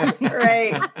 Right